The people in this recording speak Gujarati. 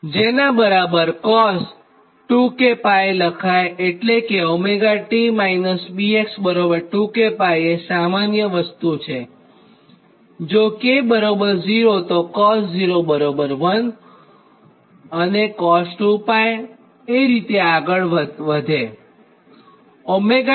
જેનાં બરાબર cos 2 k𝜋 લખાય એટલે કે 𝜔t 𝛽x 2 k𝜋એ સામાન્ય વસ્તુ છે જો k0 તો cos01 cos 2 𝜋 એ રીતે આગળ લખાય